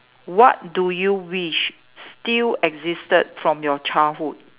what do you wish still existed from your childhood